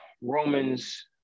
Romans